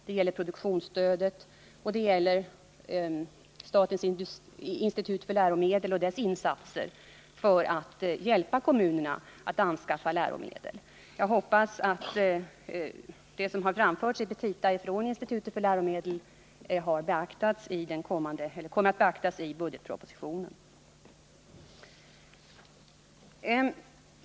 Det gäller produktionsstödet, och det gäller statens institut för läromedel och dess insatser för att hjälpa kommunerna att anskaffa läromedel. Jag hoppas att det som har framförts i petita från institutet för läromedel kommer att beaktas i budgetpropositionen.